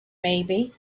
maybe